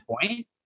point